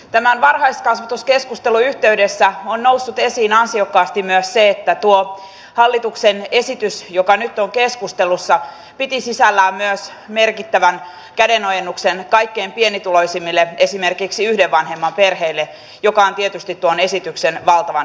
tämän varhaiskasvatuskeskustelun yhteydessä on noussut esiin ansiokkaasti myös se että tuo hallituksen esitys joka nyt on keskustelussa piti sisällään myös merkittävän kädenojennuksen kaikkein pienituloisimmille esimerkiksi yhden vanhemman perheille joka on tietysti tuon esityksen valtavan hyvä puoli